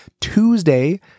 Tuesday